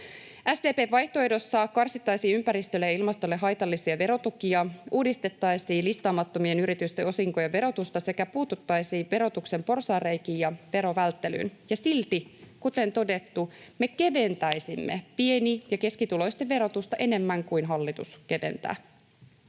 SDP:n vaihtoehdossa karsittaisiin ympäristölle ja ilmastolle haitallisia verotukia, uudistettaisiin listaamattomien yritysten osinkojen verotusta sekä puututtaisiin verotuksen porsaanreikiin ja verovälttelyyn, ja silti, kuten todettu, me keventäisimme pieni- ja keskituloisten verotusta enemmän kuin hallitus keventää.